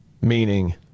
Meaning